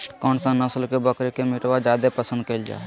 कौन सा नस्ल के बकरी के मीटबा जादे पसंद कइल जा हइ?